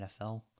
NFL